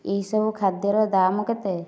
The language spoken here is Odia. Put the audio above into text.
ଏଇ ସବୁ ଖାଦ୍ୟର ଦାମ କେତେ